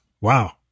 Wow